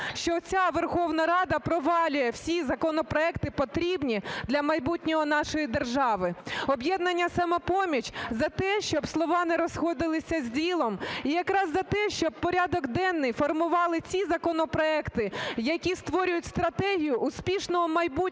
що оця Верховна Рада провалює всі законопроекти потрібні для майбутнього нашої держави. "Об'єднання "Самопоміч" за те, щоб слова не розходилися з ділом, і якраз за те, щоб порядок денний формували ті законопроекти, які створюють стратегію успішного майбутнього